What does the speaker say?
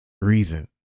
reason